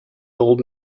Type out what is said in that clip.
old